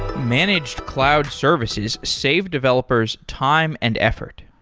managed cloud services save developers time and effort.